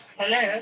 hello